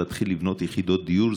להתחיל לבנות יחידות דיור.